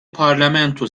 parlamento